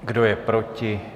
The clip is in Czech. Kdo je proti?